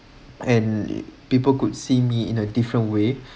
and people could see me in a different way